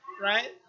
right